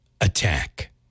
attack